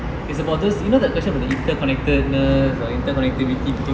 it's about this you know that question about the interconnectedness or interconnectivity thing